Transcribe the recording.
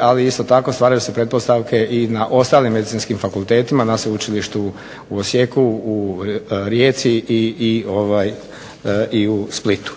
Ali isto tako stvaraju se pretpostavke i na ostalim medicinskim fakultetima, na Sveučilištu u Osijeku, u Rijeci i u Splitu,